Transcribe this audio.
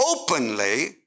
openly